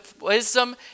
wisdom